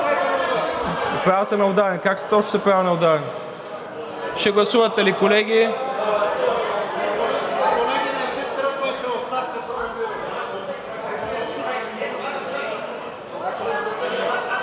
Правя се на ударен. Как точно се правя на ударен? Ще гласувате ли, колеги?